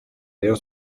rayon